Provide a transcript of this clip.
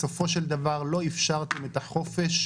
בסופו של דבר לא אפשרתם את החופש,